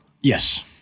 Yes